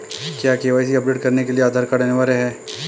क्या KYC update करने के लिए आधार कार्ड अनिवार्य है?